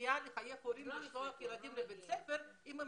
לחייב הורים לשלוח ילדים לבית ספר אם הם